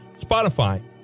Spotify